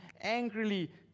angrily